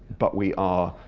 but we are.